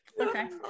Okay